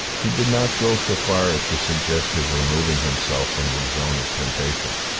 she did not go so far as to suggest his removing himself from the zone of temptation.